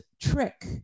trick